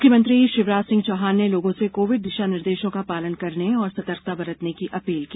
मुख्यमंत्री शिवराज सिंह चौहान ने लोगों से कोविड दिशानिर्देशों का पालन करने और सतर्कता बरतने की अपील की